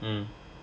mm